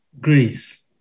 Greece